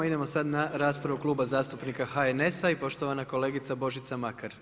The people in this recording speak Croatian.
Idemo sada na raspravu Kluba zastupnika HNS-a i poštovana kolegice Božica Makar.